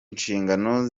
nshingano